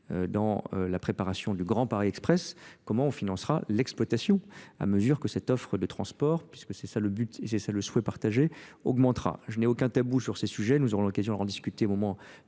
dans euh la préparation du Grand Paris Express comment on financera l'exploitation à mesure que cette offre de transport puisque c'est là le but et c'est ça le souhait partagé augmentera je n'ai aucun tabou sur ces sujets nous aurons l'occasion d'en discuter au moment